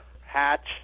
Hatch